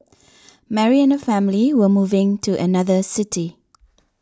Mary and her family were moving to another city